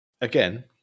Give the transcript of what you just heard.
Again